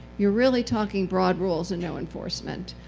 you are really talking broad rules and no enforcement.